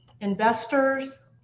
investors